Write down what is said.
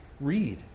read